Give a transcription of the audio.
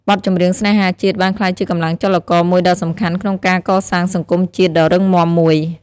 បទចម្រៀងស្នេហាជាតិបានក្លាយជាកម្លាំងចលករមួយដ៏សំខាន់ក្នុងការកសាងសង្គមជាតិដ៏រឹងមាំមួយ។